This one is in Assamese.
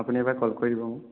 আপুনি এবাৰ কল কৰি দিব মোক